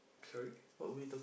sorry